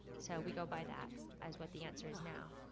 so we go by that as what the answer is now.